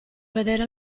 vedere